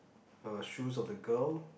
uh shoes of the girl